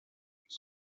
plus